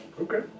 Okay